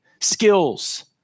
skills